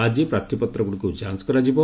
ଆଜି ପ୍ରାର୍ଥୀପତ୍ରଗୁଡ଼ିକୁ ଯାଞ୍ଚ କରାଯିବ